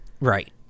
Right